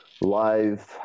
live